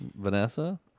Vanessa